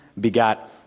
begat